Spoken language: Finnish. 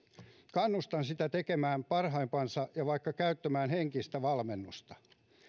kannustan sitä tekemään parhaimpansa ja vaikka käyttämään henkistä valmennusta